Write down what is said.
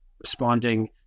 responding